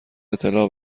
اطلاع